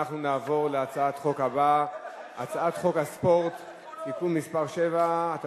אנחנו נעבור להצעת החוק הבאה: הצעת חוק הספורט (תיקון מס' 7) (תיקון),